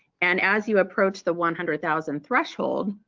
and as you approach the one hundred thousand threshold,